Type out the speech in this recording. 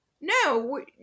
no